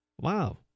wow